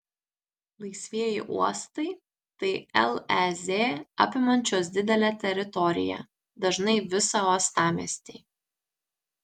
laisvieji uostai tai lez apimančios didelę teritoriją dažnai visą uostamiestį